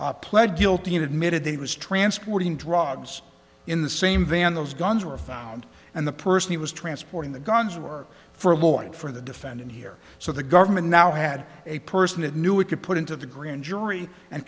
guns pled guilty and admitted they was transporting drugs in the same van those guns were found and the person who was transporting the guns work for a lawyer for the defendant here so the government now had a person that knew it could put into the grand jury and